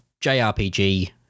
JRPG